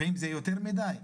70 זה יותר מידי?